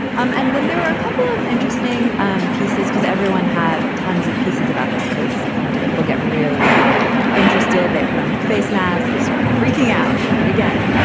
um and then there were a couple of interesting um pieces because everyone had tons of pieces about this because people get really, really interested. they put on their face mask. they start freaking out. but again,